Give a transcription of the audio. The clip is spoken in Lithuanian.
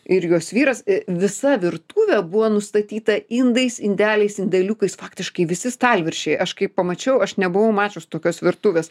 ir jos vyras visa virtuvė buvo nustatyta indais indeliais indeliukais faktiškai visi stalviršiai aš kai pamačiau aš nebuvau mačius tokios virtuvės